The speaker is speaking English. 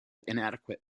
inadequate